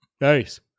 nice